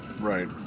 Right